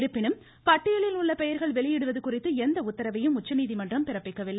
இருப்பினும் பட்டியலில் உள்ள பெயர்கள் வெளியிடுவது குறித்து எந்த உத்தரவையும் உச்சநீதிமன்றம் பிறப்பிக்கவில்லை